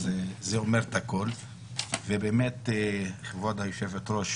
אז זה אומר את הכול ובאמת כבוד היושבת ראש,